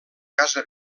casa